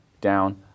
down